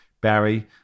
Barry